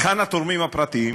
היכן התורמים הפרטיים?